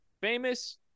Famous